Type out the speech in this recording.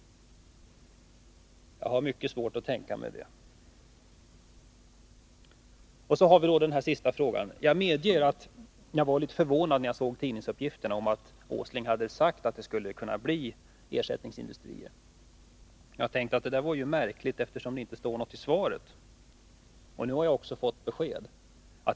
Jag har mycket svårt att tänka mig att någon skulle göra det. Jag medger att jag var litet förvånad när jag såg tidningsuppgifterna om att Nils Åsling hade sagt att det skulle kunna bli ersättningsindustrier. Han har inte heller sagt någonting om detta i interpellationssvaret. Och nu har jag fått besked.